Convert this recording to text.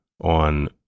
on